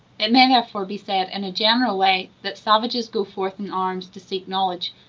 it may therefore be said, in a general way, that savages go forth in arms to seek knowledge,